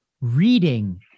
reading